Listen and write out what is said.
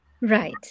right